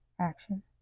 Action